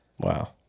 Wow